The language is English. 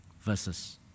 versus